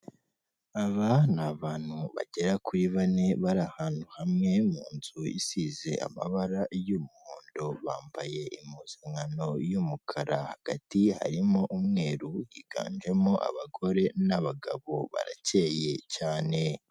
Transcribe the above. Aba ni abantu bagera kuri bane bari ahantu hamwe mu nzu isize amabara y'umuhondo bambaye impuzankano y'umukara, hagati harimo umweru higanjemo abagore n'abagabo barakeye cyane.